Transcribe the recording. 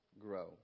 grow